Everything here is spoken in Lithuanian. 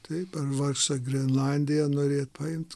taip ar vargšę grenlandiją norėt paimt